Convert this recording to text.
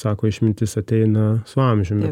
sako išmintis ateina su amžiumi